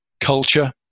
culture